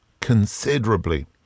considerably